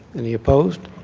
any opposed?